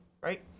right